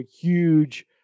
huge